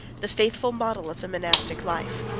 the faithful model of the monastic life.